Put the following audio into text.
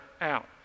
out